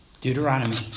Deuteronomy